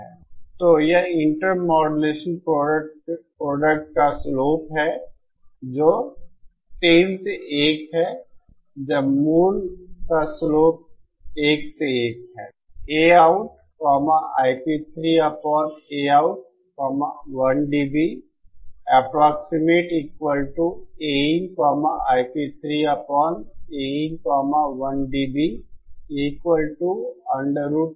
तो यह intermodulation product का स्लोप है जो 3 से 1 है जबकि मूल का स्लोप 1 से 1 है